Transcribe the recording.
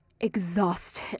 exhausted